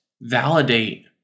validate